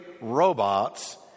robots